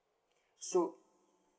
so